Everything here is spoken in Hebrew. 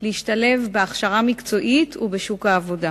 להשתלב בהכשרה מקצועית ובשוק העבודה.